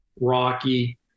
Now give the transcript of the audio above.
Rocky